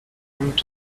fruit